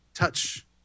Touch